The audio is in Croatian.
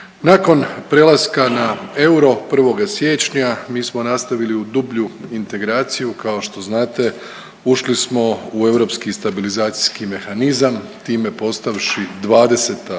Nakon prelaska na euro 1. siječnja mi smo nastavili u dublju integraciju, kao što znate ušli smo u Europski stabilizacijski mehanizam time postavši 20.